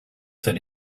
that